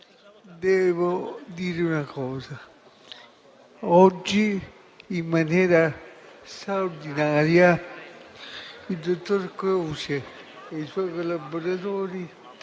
devo dire una cosa. Oggi, in maniera straordinaria, il dottor Croce e i suoi collaboratori